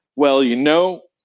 well, you know.